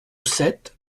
sept